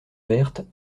verte